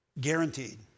Guaranteed